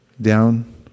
Down